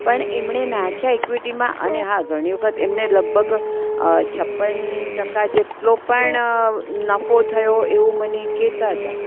પણ એમણે નાખ્યા ઇક્વીટીમાં અને હા ઘણી વખત એમને લગભગ છપ્પન ટકા જેટલો પણ નફો થયું એવું મને કહેતા હતા